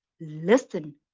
listen